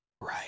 Right